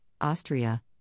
Austria